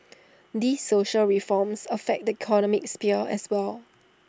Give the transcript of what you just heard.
these social reforms affect the economic sphere as well